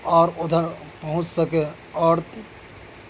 اور ادھر پہنچ سکیں اور